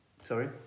Sorry